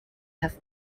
have